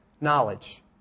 knowledge